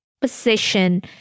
position